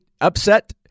Upset